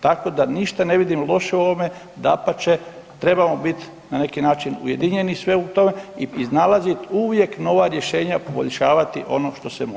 Tako da ništa ne vidim loše u ovome, dapače trebamo biti na neki način ujedinjeni svi u tome i iznalazit uvijek nova rješenja, poriješavati ono što se može.